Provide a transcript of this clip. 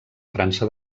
frança